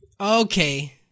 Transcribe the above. Okay